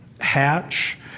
Hatch